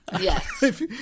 Yes